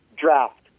draft